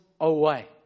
away